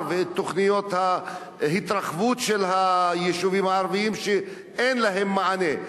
ועל תוכניות ההתרחבות של היישובים הערביים שאין להם מענה.